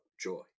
joy